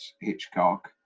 Hitchcock